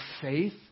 faith